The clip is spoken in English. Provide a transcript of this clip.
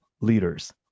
leaders